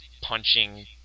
punching